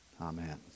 Amen